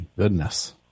goodness